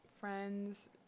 friends